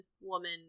woman